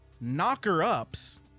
knocker-ups